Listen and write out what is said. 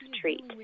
treat